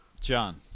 John